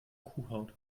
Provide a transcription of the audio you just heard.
kuhhaut